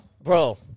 bro